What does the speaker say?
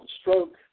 Stroke